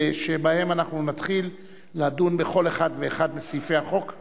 שבהן נתחיל לדון בכל אחד ואחד מסעיפי החוק,